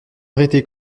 arrêté